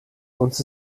uns